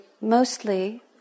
mostly